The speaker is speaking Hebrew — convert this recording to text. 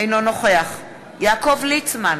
אינו נוכח יעקב ליצמן,